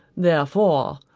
therefore,